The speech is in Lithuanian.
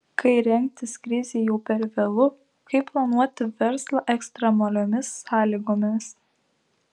kai rengtis krizei jau per vėlu kaip planuoti verslą ekstremaliomis sąlygomis